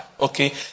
Okay